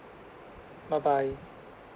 bye bye